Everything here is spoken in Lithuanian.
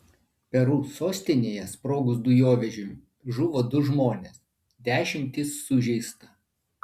peru sostinėje sprogus dujovežiui žuvo du žmonės dešimtys sužeista